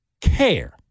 care